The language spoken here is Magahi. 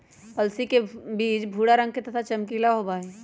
अलसी के बीज भूरा रंग के तथा चमकीला होबा हई